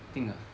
think ah